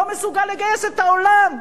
לא מסוגל לגייס את העולם,